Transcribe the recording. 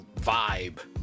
vibe